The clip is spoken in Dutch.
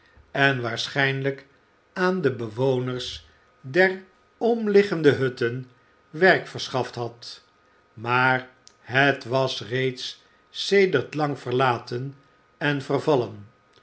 en waarschijnlijk aan de bewoners der omliggende hutten werk verschaft had maar het was reeds sedert lang verlaten en vervallen